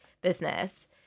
business